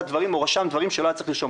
דברים או רשם דברים שלא היה צריך לרשום,